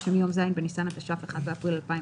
שמיום ז' בניסן התש"ף (1 באפריל 2020)